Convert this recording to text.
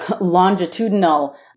longitudinal